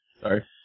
Sorry